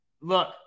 look